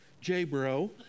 J-Bro